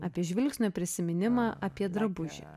apie žvilgsnio prisiminimą apie drabužį